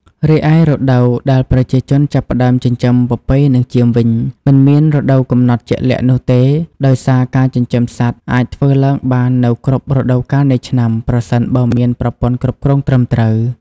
រីឯរដូវដែលប្រជាជនចាប់ផ្ដើមចិញ្ចឹមពពែនិងចៀមវិញ មិនមានរដូវកំណត់ជាក់លាក់នោះទេ ដោយសារការចិញ្ចឹមសត្វអាចធ្វើឡើងបាននៅគ្រប់រដូវកាលនៃឆ្នាំ ប្រសិនបើមានប្រព័ន្ធគ្រប់គ្រងត្រឹមត្រូវ។